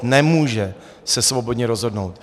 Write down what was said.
Nemůže se svobodně rozhodnout.